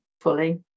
fully